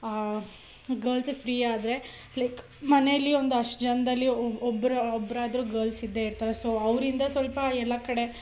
ಗಲ್ಸಿಗೆ free ಆದರೆ like ಮನೆಯಲ್ಲಿ ಒಂದಷ್ಟು ಜನದಲ್ಲಿ ಒಬ್ಬ ಒಬ್ರು ಒಬ್ಬರಾದ್ರು ಗಲ್ಸ್ ಇದ್ದೇ ಇರ್ತಾರೆ ಸೋ ಅವ್ರಿಂದ ಸ್ವಲ್ಪ ಎಲ್ಲ ಕಡೆ